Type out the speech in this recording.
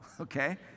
Okay